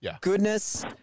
goodness